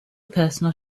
personal